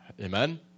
Amen